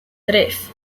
tres